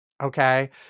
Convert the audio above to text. Okay